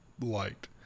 liked